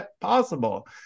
possible